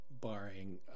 barring